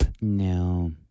No